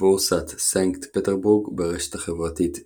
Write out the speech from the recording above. בורסת סנקט פטרבורג, ברשת החברתית VK